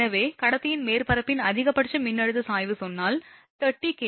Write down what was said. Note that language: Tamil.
எனவே கடத்தியின் மேற்பரப்பின் அதிகபட்ச மின்னழுத்த சாய்வு சொன்னால் 30 kVcm